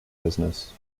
business